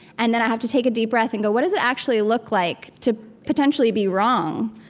and then i have to take a deep breath and go, what does it actually look like to potentially be wrong,